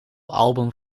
album